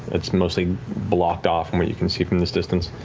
it's mostly blocked off, from what you can see from this distance.